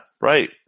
right